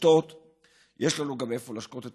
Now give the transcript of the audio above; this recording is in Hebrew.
יש לנו מאיפה לשתות.